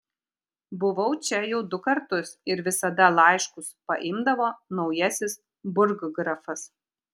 buvau čia jau du kartus ir visada laiškus paimdavo naujasis burggrafas